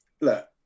look